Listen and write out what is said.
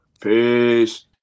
Peace